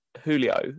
Julio